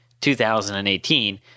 2018 –